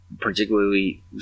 Particularly